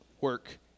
work